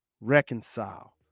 reconcile